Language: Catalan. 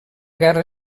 guerra